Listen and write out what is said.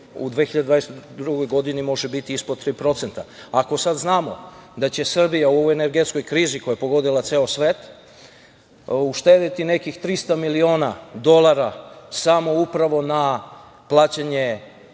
u 2022. godini može biti ispod 3%.Ako sada znamo da će Srbija u ovoj energetskoj krizi koja je pogodila ceo svet uštedeti nekih 300 miliona dolara samo upravo na plaćanju